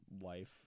wife